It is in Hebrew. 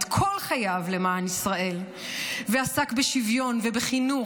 את כל חייו למען ישראל ועסק בשוויון ובחינוך